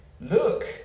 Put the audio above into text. Look